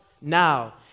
now